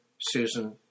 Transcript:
Susan